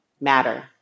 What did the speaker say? matter